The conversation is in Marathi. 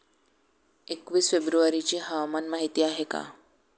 एकवीस फेब्रुवारीची हवामान माहिती आहे का?